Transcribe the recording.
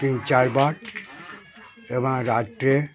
তিন চারবার এবং রাত্রে